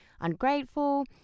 ungrateful